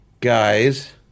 guys